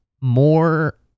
more